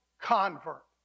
convert